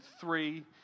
three